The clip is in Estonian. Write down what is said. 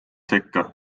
sekka